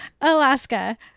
Alaska